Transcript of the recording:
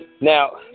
Now